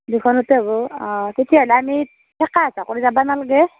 দুখনতে হ'ব অঁ তেতিয়া হ'লে আমি ঠেকা হেঁচা কৰি যাব নালাগে